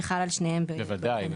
שחל על שניהם --- בוודאי.